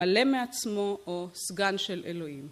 עלה מעצמו, או סגן של אלוהים.